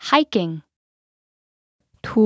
Hiking